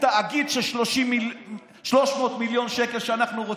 תאגיד של 300 מיליון שקל שאנחנו רוצים.